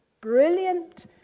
brilliant